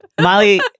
Molly